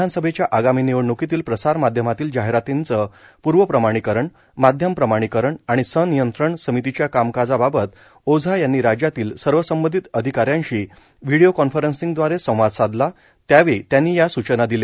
विधानसभेच्या आगामी निवडण्कीतील प्रसार माध्यमातील जाहिरातीचं पर्वप्रमाणीकरण माध्यम प्रमाणीकरण आणि सनियंत्रण समितीच्या कामकाजाबाबत ओझा यांनी राज्यातील सर्व संबंधित अधिकाऱ्यांशी व्हिडीओ कॉन्फरंसिंगदव्यारे संवाद साधला त्यावेळी त्यांनी या स्रचना दिल्या